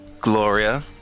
Gloria